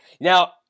Now